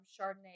Chardonnay